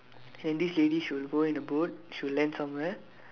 then this lady she will go in the boat she will land somewhere